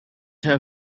her